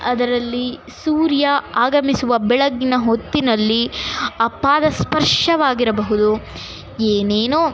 ಅದರಲ್ಲಿ ಸೂರ್ಯ ಆಗಮಿಸುವ ಬೆಳಗಿನ ಹೊತ್ತಿನಲ್ಲಿ ಅಪಾರ ಸ್ಪರ್ಶವಾಗಿರಬಹುದು ಏನೇನೋ